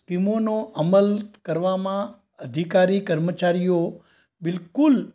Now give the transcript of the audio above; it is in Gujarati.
સ્કીમોનો અમલ કરવામાં અધિકારી કર્મચારીઓ બિલકુલ